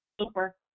Super